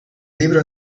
libro